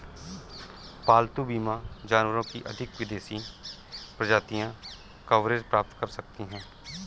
पालतू बीमा जानवरों की अधिक विदेशी प्रजातियां कवरेज प्राप्त कर सकती हैं